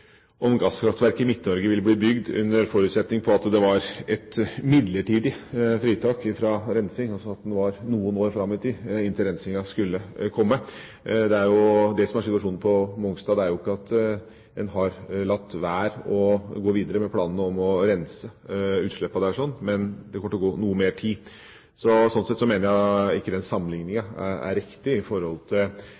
om gasskraftverk i Midt-Norge ville bli bygd under den forutsetning at det var et midlertidig fritak fra rensing, altså at det var noen år fram i tid til rensingen skulle komme. Det er jo det som er situasjonen på Mongstad; det er jo ikke at en har latt være å gå videre med planene om å rense utslippene der, men det kommer til å gå noe mer tid. Slik sett mener jeg at den sammenligningen ikke